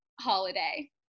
holiday